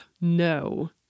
No